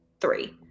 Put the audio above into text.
three